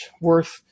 worth